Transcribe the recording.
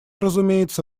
разумеется